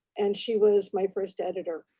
and she was my first editor.